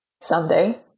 someday